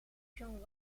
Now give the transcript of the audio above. jong